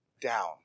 down